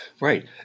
Right